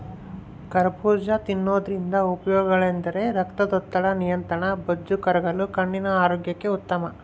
ಕರಬೂಜ ತಿನ್ನೋದ್ರಿಂದ ಉಪಯೋಗಗಳೆಂದರೆ ರಕ್ತದೊತ್ತಡದ ನಿಯಂತ್ರಣ, ಬೊಜ್ಜು ಕರಗಲು, ಕಣ್ಣಿನ ಆರೋಗ್ಯಕ್ಕೆ ಉತ್ತಮ